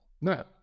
No